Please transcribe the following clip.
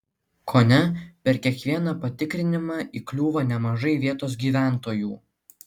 kone per kiekvieną patikrinimą įkliūva nemažai vietos gyventojų